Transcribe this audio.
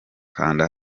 kanda